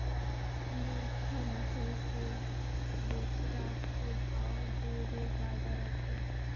बड़खा नसल के बोकरा के भाव ढेरे जादा रथे